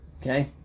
Okay